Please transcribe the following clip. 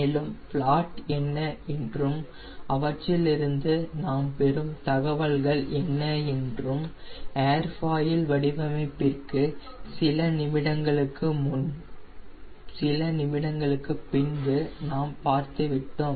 மேலும் பிளாட் என்ன என்றும் அவற்றிலிருந்து நாம் பெறும் தகவல்கள் என்ன என்றும் ஏர்ஃபாயில் வடிவமைப்பிற்கு சில நிமிடங்களுக்கு பின்பு நாம் பார்த்துவிட்டோம்